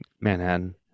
Manhattan